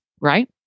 Right